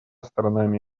сторонами